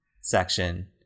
section